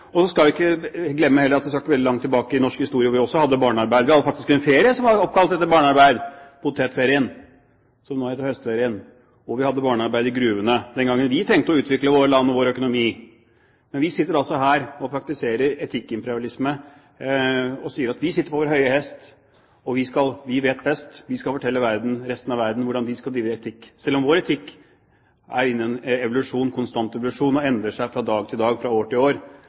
Og det er noen skumle greier, det er alle enige om. Men hva er alternativet for disse barna? Det må jo være det vesentlige. Vi skal heller ikke glemme at vi ikke skal så veldig langt tilbake i norsk historie før vi også hadde barnearbeid. Vi hadde faktisk en ferie som var oppkalt etter barnearbeid – potetferien, som nå heter høstferien. Og vi hadde barnearbeid i gruvene den gangen vi trengte å utvikle vårt land og vår økonomi. Men vi sitter altså her og praktiserer etikkimperialisme. Vi sitter på vår høye hest, og vi vet best. Vi skal fortelle resten av verden hvordan de skal drive etikk. Selv om vår etikk er i konstant evolusjon og endrer seg fra dag